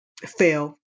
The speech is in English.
fail